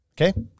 Okay